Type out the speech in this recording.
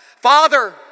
Father